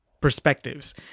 perspectives